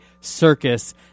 circus